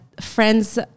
friends –